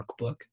workbook